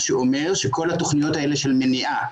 מה שאומר שכל התכניות האלה של מניעה,